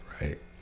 right